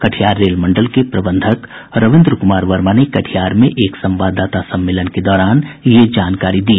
Katihar rail मंडल के प्रबंधक रविन्द्र कुमार वर्मा ने कटिहार में एक संवाददाता सम्मेलन के दौरान यह जानकारी दी